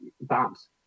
Bombs